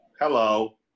Hello